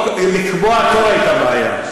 עם לקבוע תור הייתה בעיה.